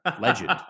Legend